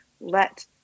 let